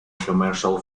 commercial